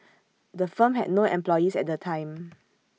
the firm had no employees at the time